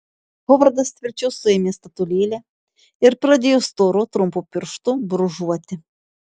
hovardas tvirčiau suėmė statulėlę ir pradėjo storu trumpu pirštu brūžuoti